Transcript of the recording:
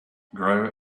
grow